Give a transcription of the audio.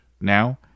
now